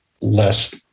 less